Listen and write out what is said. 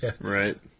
Right